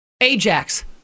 Ajax